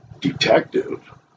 detective